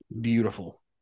beautiful